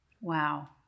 wow